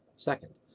second,